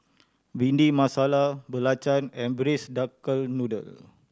Bhindi Masala belacan and Braised Duck Noodle